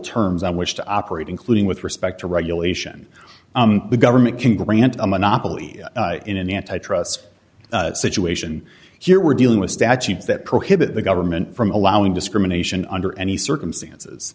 terms on which to operate including with respect to regulation the government can grant a monopoly in an antitrust situation here we're dealing with statutes that prohibit the government from allowing discrimination under any circumstances